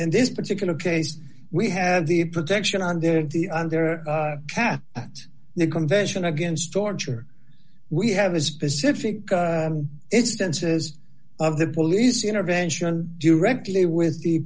in this particular case we have the protection on the path at the convention against torture we have a specific instances of the police intervention directly with the